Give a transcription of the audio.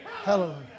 Hallelujah